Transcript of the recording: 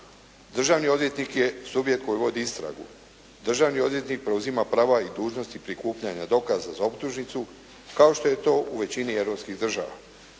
Državni odvjetnik je subjekt koji vodi istragu. Državni odvjetnik preuzima prava i dužnosti prikupljanja dokaza za optužnicu kao što je to u većini europskih država.